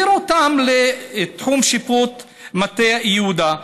לתחום שיפוט מטה יהודה,